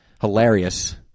hilarious